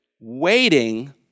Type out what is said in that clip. waiting